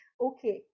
okay